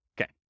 Okay